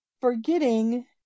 forgetting